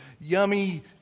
yummy